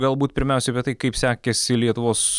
galbūt pirmiausia apie tai kaip sekėsi lietuvos